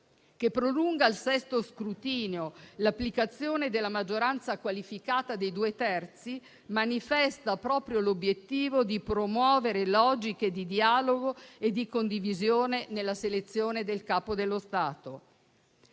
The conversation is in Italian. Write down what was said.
che prolunga al sesto scrutinio l'applicazione della maggioranza qualificata dei due terzi manifesta proprio l'obiettivo di promuovere logiche di dialogo e di condivisione nella selezione del Capo dello Stato.